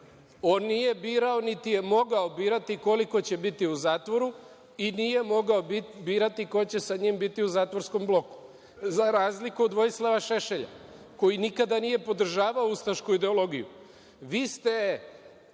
On nije birao, niti je mogao birati koliko će biti u zatvoru i nije mogao birati ko će sa njim biti u zatvorskom bloku. Za razliku od Vojislava Šešelja, koji nikada nije podržavao ustašku ideologiju,